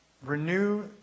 renew